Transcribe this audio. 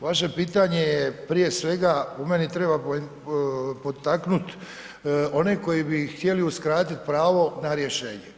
Vaše pitanje je prije svega, u meni treba potaknuti one koji bi htjeli uskratiti pravo na rješenje.